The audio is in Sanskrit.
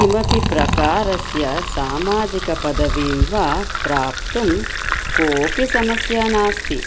किमपि प्रकारस्य सामाजिकपदवीं वा प्राप्तुं कोऽपि समस्या नास्ति